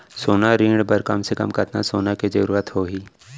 सोना ऋण बर कम से कम कतना सोना के जरूरत होही??